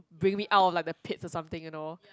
bring me out of like the pits or something you know